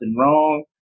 wrong